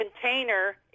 container